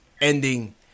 ending